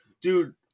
Dude